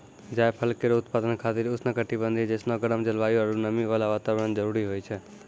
जायफल केरो उत्पादन खातिर उष्ण कटिबंधीय जैसनो गरम जलवायु आरु नमी वाला वातावरण जरूरी होय छै